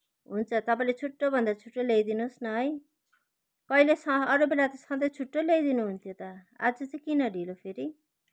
हुन्छ तपाईँले छिट्टोभन्दा छिट्टो ल्याइदिनु होस् न है कहिले सह अरू बेला त सधैँ छिट्टो ल्याइदिनु हुन्थ्यो त आज चाहिँ किन ढिलो फेरि